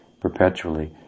perpetually